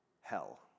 hell